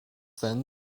then